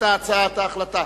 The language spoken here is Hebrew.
הצעת ההחלטה?